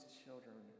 children